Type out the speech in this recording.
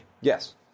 Yes